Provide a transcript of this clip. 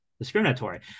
discriminatory